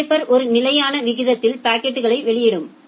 shaper ஒரு நிலையான விகிதத்தில் பாக்கெட்களை வெளியிடும்